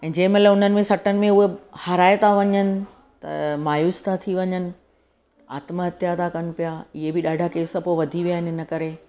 जंहिं महिल उन्हनि में सटनि में उहे हाराए था वञनि त मायूसु था थी वञनि आत्महत्या था कनि पिया इहे बि ॾाढा केस पोइ वधी विया आहिनि इन करे